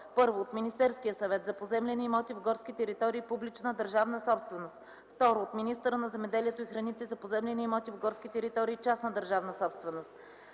1. от Министерския съвет – за поземлени имоти в горски територии – публична държавна собственост; 2. от министъра на земеделието и храните – за поземлени имоти в горски територии – частна държавна собственост: